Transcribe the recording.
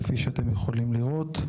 כפי שאתם יכולים לראות.